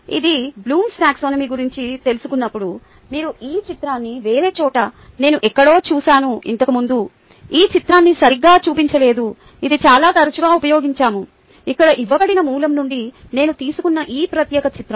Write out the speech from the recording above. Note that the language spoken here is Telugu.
మీరు బ్లూమ్స్ టాక్సానమీBloom's Taxonomy గురించి తెలుసుకున్నప్పుడు మీరు ఈ చిత్రాన్ని వేరే చోట నేను ఎక్కడో చూశాను ఇంతకుముందు ఈ చిత్రాన్ని సరిగ్గా చూపించలేదు ఇది చాలా తరచుగా ఉపయోగించాము ఇక్కడ ఇవ్వబడిన మూలం నుండి నేను తీసుకున్న ఈ ప్రత్యేక చిత్రo